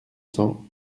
cents